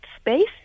Space